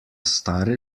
stare